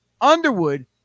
Underwood